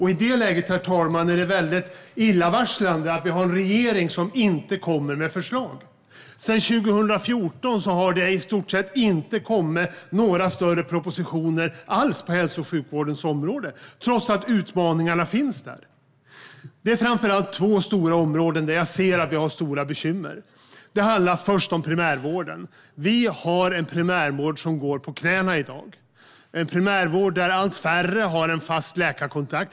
I det läget, herr talman, är det illavarslande att vi har en regering som inte kommer med förslag. Sedan 2014 har det i stort sett inte kommit några mer omfattande propositioner alls på hälso och sjukvårdens område, trots att utmaningarna finns där. Det är framför allt två stora områden där jag ser att vi har stora bekymmer. Till att börja med handlar det om primärvården. Vi har en primärvård som går på knäna i dag, en primärvård där allt färre har en fast läkarkontakt.